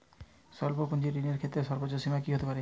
স্বল্প পুঁজির ঋণের ক্ষেত্রে সর্ব্বোচ্চ সীমা কী হতে পারে?